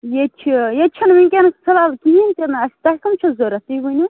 ییٚتہِ چھِ ییٚتہِ چھَنہٕ وُنکٮ۪ن فی الحال کہیٖنۍ تِنہٕ اسہِ تۄہہِ کٕم چھُو ضرورت تُہۍ ونِو